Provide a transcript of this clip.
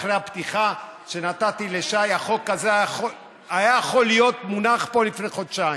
אחרי הפתיחה שנתתי לשי החוק הזה היה יכול להיות מונח פה לפני חודשיים.